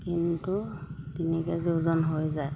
কিন্তু তিনি কেজি ওজন হৈ যায়